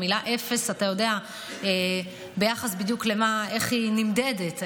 המילה אפס, אתה יודע ביחס למה היא נמדדת.